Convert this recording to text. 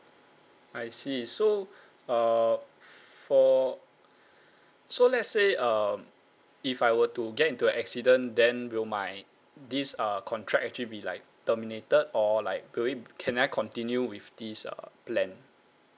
I see so uh for so let's say um if I were to get into an accident then will my this uh contract actually be like terminated or like will it can I continue with this uh plan